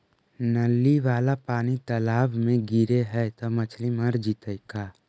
नली वाला पानी तालाव मे गिरे है त मछली मर जितै का?